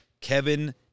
Kevin